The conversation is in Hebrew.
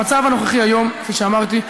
המצב הנוכחי כיום, כפי שאמרתי,